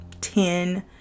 ten